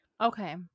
Okay